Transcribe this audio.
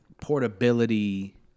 portability